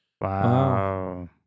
wow